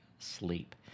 Sleep